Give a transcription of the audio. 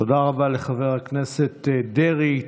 תודה רבה לחבר הכנסת דרעי.